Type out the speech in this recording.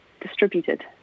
distributed